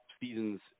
seasons